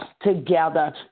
together